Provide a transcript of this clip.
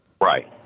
Right